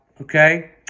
Okay